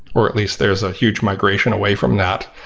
or at least there is a huge migration away from that.